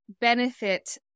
benefit